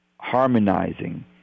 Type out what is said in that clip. harmonizing